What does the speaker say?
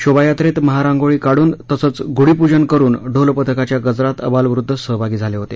शोभायात्रेत महारांगोळी काढून तसंच गुढीपुजन करुन ढोलपथकाच्या गजरात आबालवृद्द सहभागी झाले होते